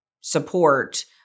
support